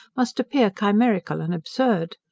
must appear chimerical and absurd.